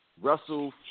Russell